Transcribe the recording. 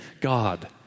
God